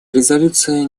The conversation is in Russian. резолюция